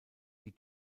die